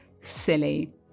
silly